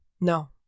no